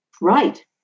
Right